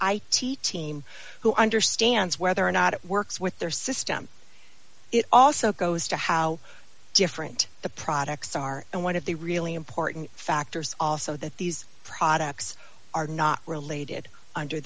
i t team who understands whether or not it works with their system it also goes to how different the products are and one of the really important factors also that these products are not related under